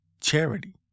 Charity